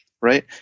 right